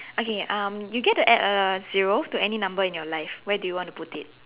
okay um you get to add a zero to any number in your life where do you want to put it